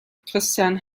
christian